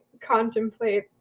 contemplate